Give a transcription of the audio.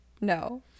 No